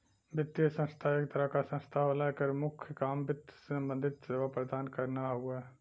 वित्तीय संस्था एक तरह क संस्था होला एकर मुख्य काम वित्त से सम्बंधित सेवा प्रदान करना हउवे